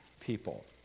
people